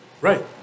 Right